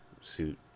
suit